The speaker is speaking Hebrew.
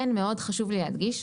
חשוב לי מאוד להדגיש,